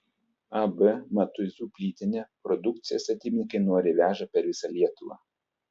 ab matuizų plytinė produkciją statybininkai noriai veža per visą lietuvą